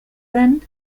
then